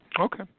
Okay